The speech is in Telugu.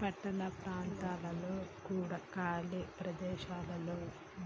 పట్టణ ప్రాంతాలలో కూడా ఖాళీ ప్రదేశాలలో